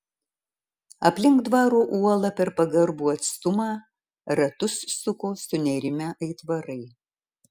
aplink dvaro uolą per pagarbų atstumą ratus suko sunerimę aitvarai